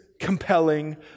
compelling